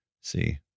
See